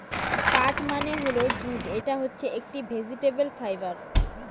পাট মানে হল জুট এটা হচ্ছে একটি ভেজিটেবল ফাইবার